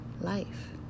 life